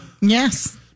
Yes